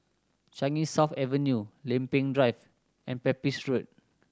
Changi South Avenue Lempeng Drive and Pepys Road